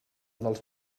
dels